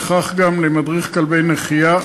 וכך גם למדריך כלבי נחייה,